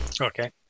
Okay